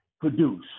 produce